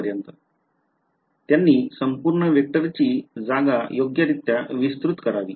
त्यांनी संपूर्ण वेक्टरची जागा योग्यरित्या विस्तृत करावी